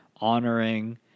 honoring